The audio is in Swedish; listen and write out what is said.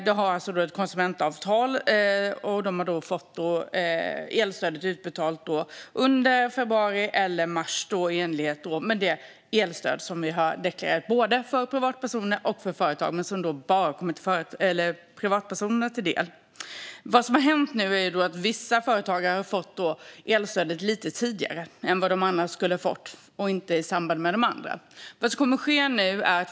De har ett konsumentavtal och har fått elstödet utbetalat i februari eller mars i enlighet med det elstöd som vi har deklarerat att vi ska ge till privatpersoner och företag men som bara kommit privatpersoner till del. Vad som nu har hänt är att vissa företagare har fått elstödet lite tidigare än vad de annars skulle ha fått och inte samtidigt som andra företag.